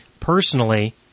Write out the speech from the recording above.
personally